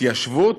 התיישבות,